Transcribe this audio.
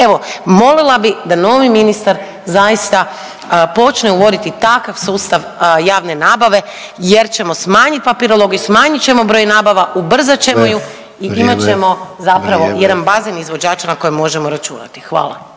Evo, molila bih da novi ministar zaista počne uvoditi takav sustav javne nabave jer ćemo smanjiti papirologiju, smanjit ćemo broj nabava, ubrzat ćemo ju .../Upadica: Vrijeme. Vrijeme./... i imat ćemo zapravo jedan bazen izvođača na koje možemo računati. Hvala.